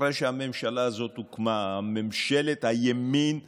אחרי שהממשלה הזאת הוקמה, ממשלת ימין מלא,